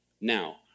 Now